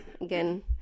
again